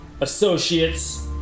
associates